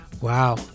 Wow